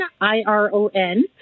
I-R-O-N